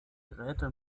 geräte